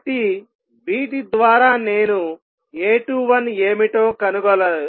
కాబట్టి వీటి ద్వారా నేను A21 ఏమిటో కనుగొనగలను